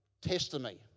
testimony